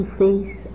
face